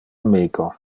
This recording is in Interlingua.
amico